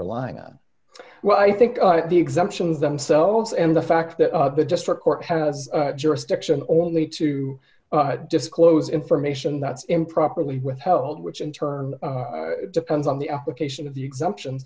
relying on well i think the exemptions themselves and the fact that the district court has jurisdiction only to disclose information that's improperly withheld which in turn depends on the application of the exemption